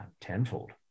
tenfold